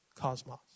Cosmos